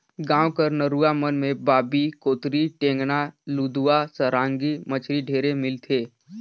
गाँव कर नरूवा मन में बांबी, कोतरी, टेंगना, लुदवा, सरांगी मछरी ढेरे मिलथे